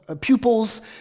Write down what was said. pupils